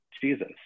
Jesus